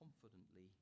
confidently